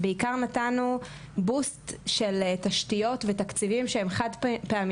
בסוף נתנו בעיקר בוסט של תשתיות ותקציבים שהם חד-פעמיים,